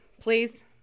Please